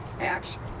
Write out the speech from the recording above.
action